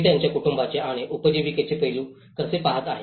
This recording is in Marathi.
ते त्यांच्या कुटुंबाचे आणि उपजीविकेचे पैलू कसे पहात आहेत